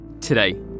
Today